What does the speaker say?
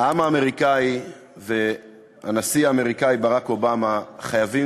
העם האמריקני והנשיא האמריקני ברק אובמה חייבים